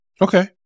Okay